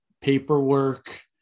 paperwork